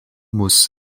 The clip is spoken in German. muss